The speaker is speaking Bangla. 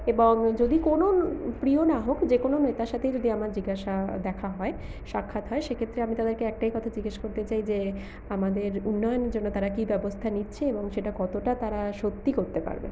এবং যদি কোন প্রিয় না হোক যেকোনো নেতার সাথেই যদি আমার জিজ্ঞাসা দেখা হয় সাক্ষাৎ হয় সেক্ষেত্রে আমি তাদের একটাই কথা জিজ্ঞেস করতে চাই যে আমাদের উন্নয়নের জন্য তারা কি ব্যবস্থা নিচ্ছে এবং সেটা কতটা তারা সত্যি করতে পারবে